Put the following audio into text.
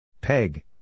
Peg